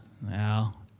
Now